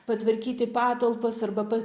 patvarkyti patalpas arba pa